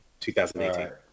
2018